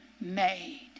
made